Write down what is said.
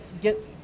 get